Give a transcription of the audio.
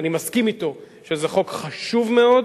אני מסכים אתו שזה חוק חשוב מאוד,